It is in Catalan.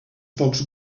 pocs